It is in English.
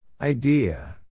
Idea